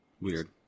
weird